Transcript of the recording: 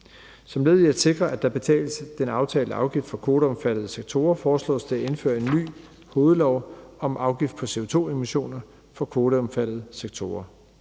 Som led i at sikre, at der betales den aftalte afgift for kvoteomfattede sektorer, foreslås det at indføre en ny hovedlov om afgift på CO2-emissioner for kvoteomfattede sektorer.